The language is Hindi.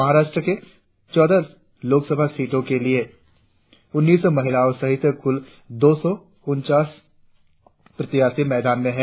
महाराष्ट्र में चौदह लोकसभा सीटों के लिए उन्नीस महिलाओं सहित कुल दो सौ उनचास प्रत्याशी मैदान में है